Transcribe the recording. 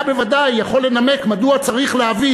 היה בוודאי יכול לנמק מדוע צריך להביא